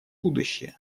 будущее